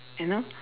you know